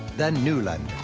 the new london.